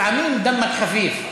לפעמים "דמו ח'פיף".